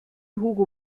hugo